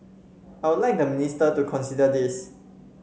I'll like the minister to consider this